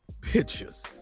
pictures